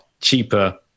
cheaper